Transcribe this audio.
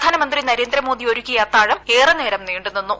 പ്രധാനമന്ത്രി നരേന്ദ്രമോദി ഒരുക്കിയ അത്താഴം ഏറെ നേരം നീണ്ടുനിന്നു